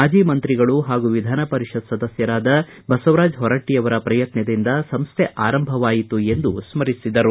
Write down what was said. ಮಾಜಿ ಮಂತ್ರಿಗಳು ಹಾಗೂ ವಿಧಾನ ಪರಿಷತ್ ಸದಸ್ಕರಾದ ಬಸವರಾಜ ಹೊರಟ್ಟಯವರ ಪ್ರಯತ್ನದಿಂದ ಸಂಸ್ಟೆ ಆರಂಭವಾಯಿತು ಎಂದು ಸ್ವರಿಸಿದರು